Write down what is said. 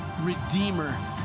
Redeemer